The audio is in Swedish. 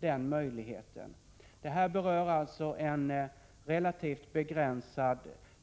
Ärendet gäller en teleförbindelse som berör en relativt begränsad